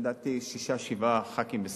לדעתי שישה-שבעה ח"כים ושרים,